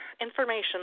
information